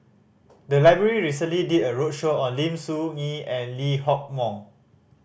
the library recently did a roadshow on Lim Soo Ngee and Lee Hock Moh